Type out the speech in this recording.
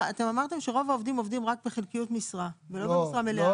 אתם אמרתם שרוב העובדים עובדים רק בחלקיות משרה ולא במשרה מלאה.